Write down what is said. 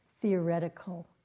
theoretical